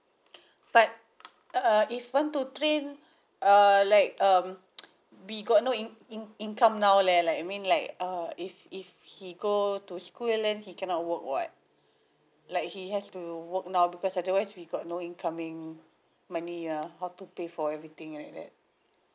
but uh if he want to train err like um we got no in~ in~ income now leh like I mean like uh if if he go to school and learn he cannot work or what like he has to work now because otherwise we got no incoming money uh how to pay for everything like that